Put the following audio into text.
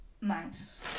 mouse